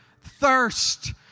thirst